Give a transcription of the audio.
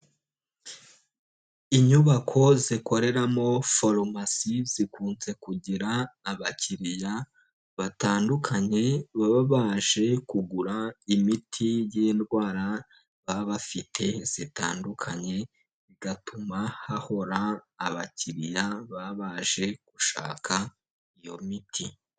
Inyubako zikoreramo Farumasi, zikunze kugira abakiriya batandukanye, baba baje kugura imiti y'indwara baba bafite zitandukanye, bigatuma hahora abakiriya baba baje gushaka iyo miti.